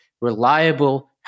reliable